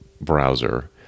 browser